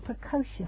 precocious